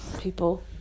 people